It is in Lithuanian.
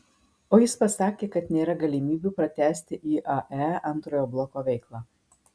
o jis pasakė kad nėra galimybių pratęsti iae antrojo bloko veiklą